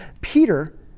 Peter